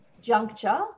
juncture